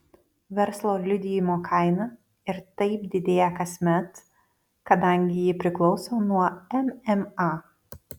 verslo liudijimo kaina ir taip didėja kasmet kadangi ji priklauso nuo mma